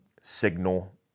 signal